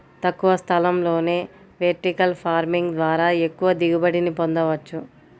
తక్కువ స్థలంలోనే vertical farming ద్వారా ఎక్కువ దిగుబడిని పొందవచ్చు